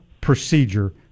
procedure